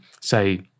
say